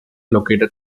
located